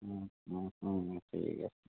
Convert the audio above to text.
ঠিক আছে